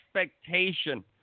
expectation